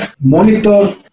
monitor